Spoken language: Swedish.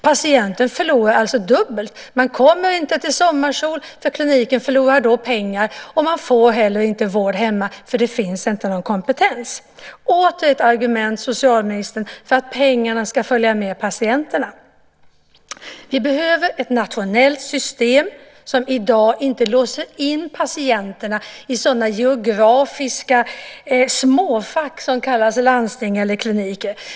Patienten förlorar alltså dubbelt: Man kommer inte till Sommarsol, för då förlorar kliniken pengar, och man får heller inte vård hemma, för det finns inte någon kompetens - åter ett argument, socialministern, för att pengarna ska följa med patienterna. Vi behöver ett nationellt system som inte som i dag låser in patienterna i sådana geografiska småfack som kallas landsting eller kliniker.